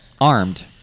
armed